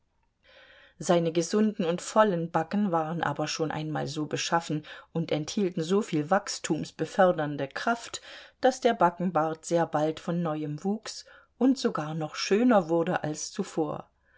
seine gesunden und vollen backen waren aber schon einmal so beschaffen und enthielten so viel wachstumbefördernde kraft daß der backenbart sehr bald von neuem wuchs und sogar noch schöner wurde als zuvor